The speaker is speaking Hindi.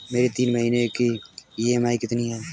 मेरी तीन महीने की ईएमआई कितनी है?